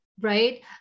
right